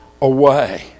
away